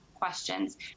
questions